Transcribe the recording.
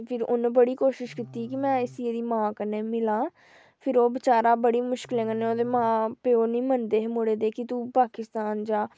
फिर उ'न्न बड़ी कोशिश कीती कि में इसी एह्दी मांऽ कन्नै मलां फिर ओह् बचारा बड़ी मुश्कलें कन्नै ओह्दे मांऽ प्यो निं मनदे हे मुड़े दे कि तूं पाकिस्तान जा